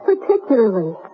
particularly